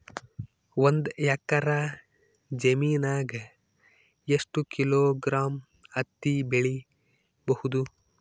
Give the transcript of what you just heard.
ಒಂದ್ ಎಕ್ಕರ ಜಮೀನಗ ಎಷ್ಟು ಕಿಲೋಗ್ರಾಂ ಹತ್ತಿ ಬೆಳಿ ಬಹುದು?